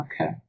Okay